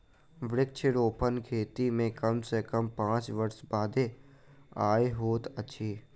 वृक्षारोपण खेती मे कम सॅ कम पांच वर्ष बादे आय होइत अछि